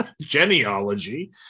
genealogy